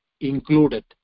included